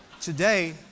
today